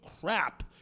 crap